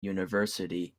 university